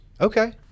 Okay